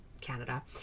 Canada